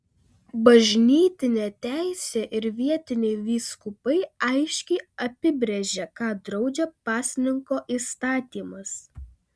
bažnytinė teisė ir vietiniai vyskupai aiškiai apibrėžia ką draudžia pasninko įstatymas